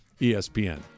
ESPN